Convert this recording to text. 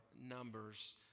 numbers